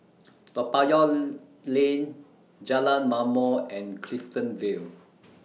Toa Payoh Lane Jalan Ma'mor and Clifton Vale